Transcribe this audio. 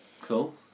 Cool